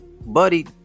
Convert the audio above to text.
buddy